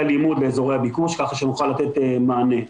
הלימוד לאזורי הביקוש כך שנוכל לתת מענה.